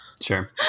Sure